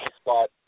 spot